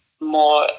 more